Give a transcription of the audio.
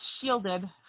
shielded